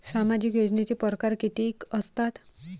सामाजिक योजनेचे परकार कितीक असतात?